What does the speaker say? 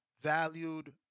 valued